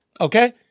Okay